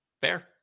Fair